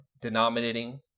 denominating